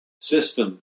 system